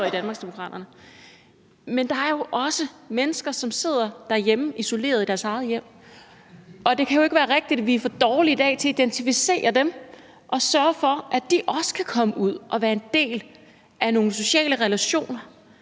i Danmarksdemokraterne. Men der er jo også mennesker, som sidder derhjemme, isoleret i deres eget hjem. Det kan jo ikke være rigtigt, og vi er for dårlige i dag til at identificere dem og sørge for, at de også kan komme ud og være en del af nogle sociale relationer,